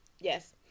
Yes